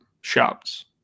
shops